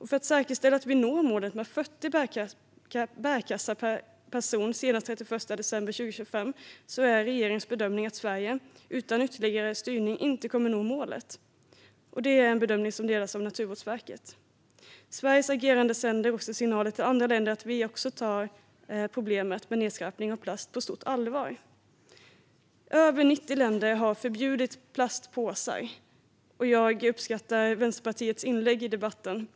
Målet om högst 40 bärkassar per person och år ska vi nå senast den 31 december 2025, och regeringens bedömning är att Sverige utan ytterligare styrning inte kommer att nå målet. Det är en bedömning som delas av Naturvårdsverket. Sveriges agerande sänder också signaler till andra länder om att vi tar problemet med plastnedskräpning på stort allvar. Över 90 länder har förbjudit plastpåsar, och jag uppskattar Vänsterpartiets inlägg i debatten.